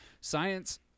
science